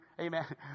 Amen